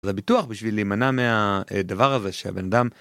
הביטוח בשביל להמנע מהדבר הזה שהבן אדם.